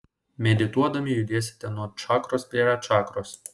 medituodami judėsite nuo čakros prie čakros